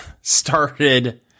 started